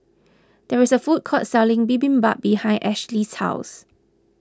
there is a food court selling Bibimbap behind Ashli's house